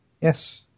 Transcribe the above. Yes